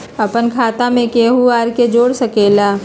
अपन खाता मे केहु आर के जोड़ सके ला?